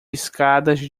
escadas